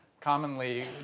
commonly